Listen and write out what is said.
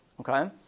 Okay